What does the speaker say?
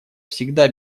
всегда